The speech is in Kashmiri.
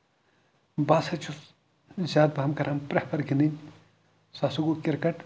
بہٕ سا چھُس زیادٕ پَہم کران پرٮ۪فر گِندٕنۍ سُہ سا گوٚو کِرکٹ